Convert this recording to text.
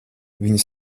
viņa